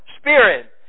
spirit